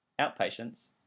outpatients